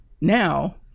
now